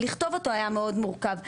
לכתוב את הסטנדרט היה מאוד מורכב,